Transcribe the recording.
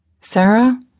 Sarah